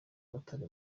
batari